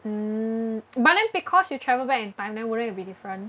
mm but then because you travel back in time then wouldn't it be different